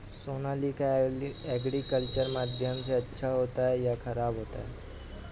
Sonalika agriculture माध्यम से अच्छा होता है या ख़राब होता है?